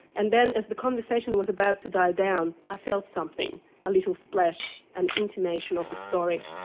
and then, as the conversation was about to die down, i felt something a little splash, an intimation of a story.